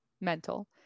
mental